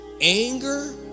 anger